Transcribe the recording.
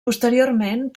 posteriorment